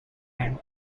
hand